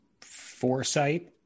foresight